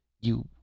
You